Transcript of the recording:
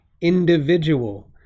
individual